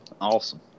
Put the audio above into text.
Awesome